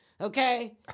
Okay